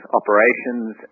operations